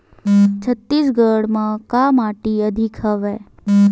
छत्तीसगढ़ म का माटी अधिक हवे?